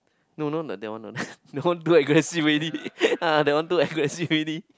no no no like that one lah that one too aggressive already ah that one too aggressive already